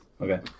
Okay